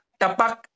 tapak